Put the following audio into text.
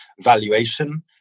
valuation